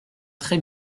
très